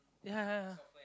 ya ya